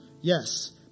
Yes